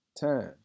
time